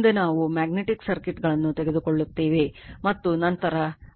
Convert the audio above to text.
ಮುಂದೆ ನಾವು ಮ್ಯಾಗ್ನೆಟಿಕ್ ಸರ್ಕ್ಯೂಟ್ಗಳನ್ನು ತೆಗೆದುಕೊಳ್ಳುತ್ತೇವೆ ಮತ್ತು